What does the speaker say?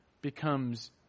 becomes